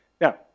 Now